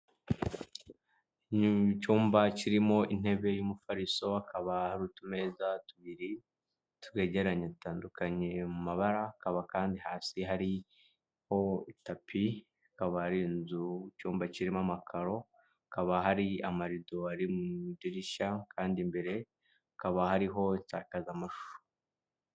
Ni cyumba kirimo intebe y'umufariso hakaba hari utumeza tubiri twegeranye dutandukanye mu mabara, hakaba kandi hasi hariho tapi, hakaba hari inzu, icyumba kirimo amakaro, hakaba hari amarido ari mu idirishya kandi mbere hakaba hariho insakazamashusho